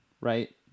right